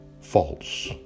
false